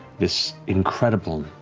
this incredible,